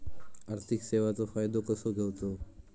आर्थिक सेवाचो फायदो कसो घेवचो?